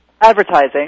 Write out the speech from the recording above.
advertising